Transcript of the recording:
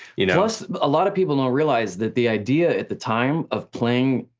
you know plus a lot of people don't realize that the idea at the time of playing,